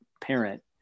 parent